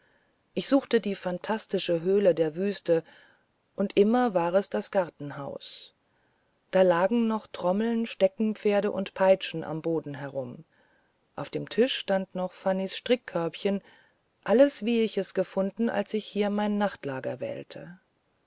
ich suchte die phantastische höhle der wüste und immer war es das gartenhaus da lagen noch trommeln steckenpferde und peitschen am boden herum auf dem tisch stand noch fanny's strickkörbchen alles wie ich es gefunden als ich hier mein nachtlager wählte